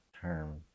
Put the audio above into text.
term